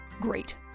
Great